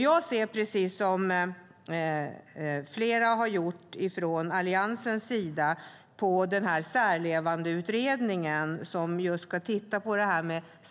Jag ser precis som flera från Alliansens sida har gjort på Särlevandeutredningen, som just ska titta på separationsteam.